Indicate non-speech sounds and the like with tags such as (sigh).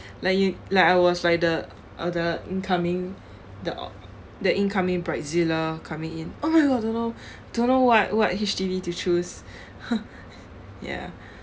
like you like I was like the uh the incoming the o~ the incoming bridezilla coming in oh my god I dont' know don't know what what H_D_B to choose (laughs) ya